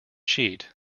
cheat